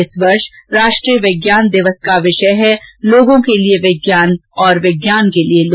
इस वर्ष राष्ट्रीय विज्ञान दिवस का विषय है लोगों के लिए विज्ञान और विज्ञान के लिए लोग